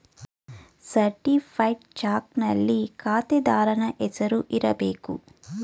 certified ಚಕ್ನಲ್ಲಿ ಖಾತೆದಾರನ ಹೆಸರು ಇರಬೇಕು